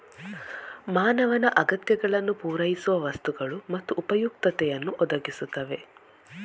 ಮಾನವನ ಅಗತ್ಯಗಳನ್ನು ಪೂರೈಸುವ ವಸ್ತುಗಳು ಮತ್ತು ಉಪಯುಕ್ತತೆಯನ್ನು ಒದಗಿಸುತ್ತವೆ